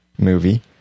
movie